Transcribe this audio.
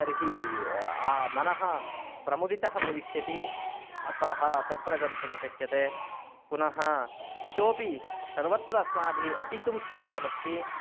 तर्हि आ मनः प्रमुदितः भविष्यति अतः तत्र गन्तुं शक्यते पुनः इतोऽपि सर्वत्र अस्माभिः अटितुं स्थानमस्ति